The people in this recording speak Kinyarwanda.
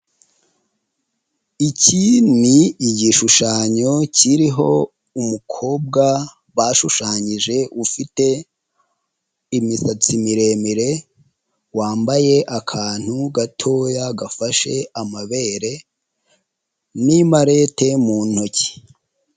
Iki ni igishushanyo kiriho umukobwa bashushanyije ufite imisatsi miremire, wambaye akantu gatoya gafashe amabere n'imalete mu ntoki.